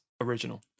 original